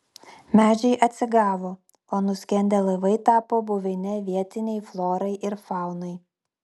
medžiai atsigavo o nuskendę laivai tapo buveine vietinei florai ir faunai